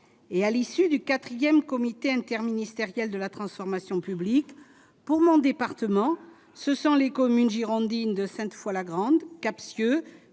et à l'issue du 4ème comité interministériel de la transformation publique pour mon département, ce sont les communes girondines de Sainte Foy la Grande Captieux